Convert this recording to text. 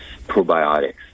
probiotics